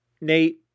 Nate